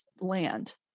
land